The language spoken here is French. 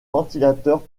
ventilateur